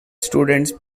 students